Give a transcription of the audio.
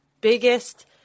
biggest